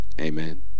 amen